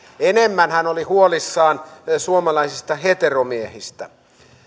enemmän hän oli huolissaan suomalaisista heteromiehistä